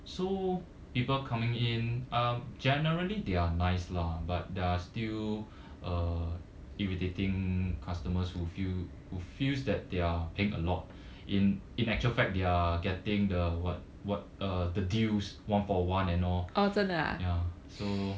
so people coming in um generally they are nice lah but there still uh irritating customers who feel who feels that they're paying a lot in in actual fact they're getting the what what uh the deals one for one and all ya so